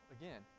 Again